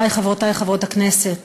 אדוני, חברי, חברותי חברות הכנסת,